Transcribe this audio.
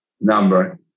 number